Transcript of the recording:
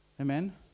Amen